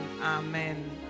amen